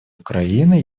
украины